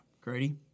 Grady